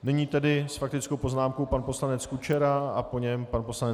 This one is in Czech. Nyní tedy s faktickou poznámkou pan poslanec Kučera a po něm pan poslanec Laudát.